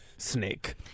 snake